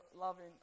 loving